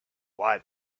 why